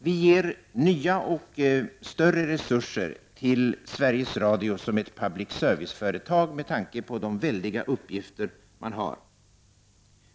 Vi ger nya och större resurser till Sveriges radio som ett public service-företag med tanke på de väldiga uppgifter företaget har.